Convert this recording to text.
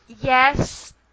Yes